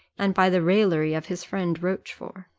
and by the raillery of his friend rochfort.